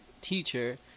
teacher